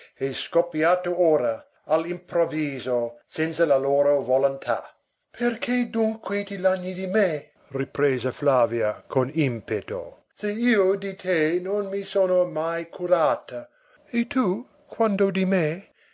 e scoppiati ora all'improvviso senza la loro volontà perché dunque ti lagni di me riprese flavia con impeto se io di te non mi sono mai curata e tu quando di me